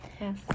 yes